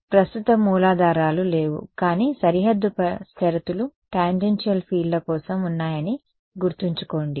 కాదు కాదు ప్రస్తుత మూలాధారాలు లేవు కానీ సరిహద్దు షరతులు టాంజెన్షియల్ ఫీల్డ్ల కోసం ఉన్నాయని గుర్తుంచుకోండి